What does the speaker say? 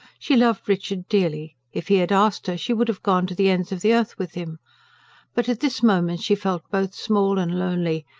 she loved richard dearly if he had asked her, she would have gone to the ends of the earth with him but at this moment she felt both small and lonely,